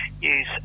use